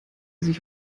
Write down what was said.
sich